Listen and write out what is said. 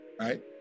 right